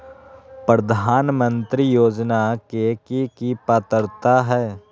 प्रधानमंत्री योजना के की की पात्रता है?